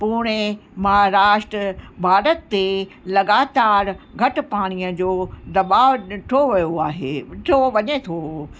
पुणे महाराष्ट्र भारत ते लॻातार घटि पाणीअ जो दॿाव ॾिठो वयो आहे जो वञे थो